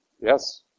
Yes